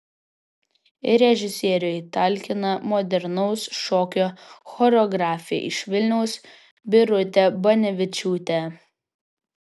režisieriui talkina modernaus šokio choreografė iš vilniaus birutė banevičiūtė